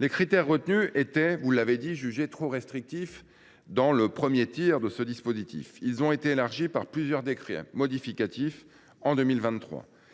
Les critères retenus pour bénéficier des guichets d’aides étaient jugés trop restrictifs dans le premier tir de ce dispositif. Ils ont été élargis par plusieurs décrets modificatifs en 2023.